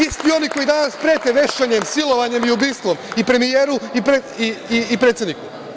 Isti oni koji danas prete vešanjem, silovanjem i ubistvom i premijeru i predsedniku.